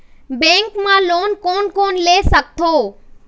Bank मा loan बर कोन कोन ले सकथों?